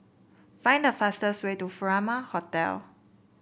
find the fastest way to Furama Hotel